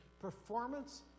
performance